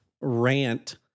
rant